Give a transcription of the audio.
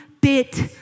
bit